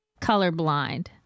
colorblind